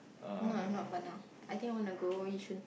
no not for now I think I want to go Yishun